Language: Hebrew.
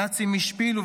הנאצים השפילו,